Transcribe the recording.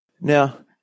Now